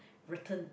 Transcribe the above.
written